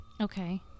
Okay